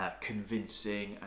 convincing